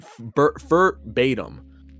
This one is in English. verbatim